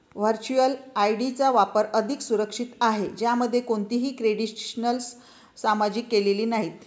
virtual ID चा वापर अधिक सुरक्षित आहे, ज्यामध्ये कोणतीही क्रेडेन्शियल्स सामायिक केलेली नाहीत